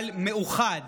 אבל מאוחד,